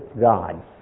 God